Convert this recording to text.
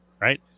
right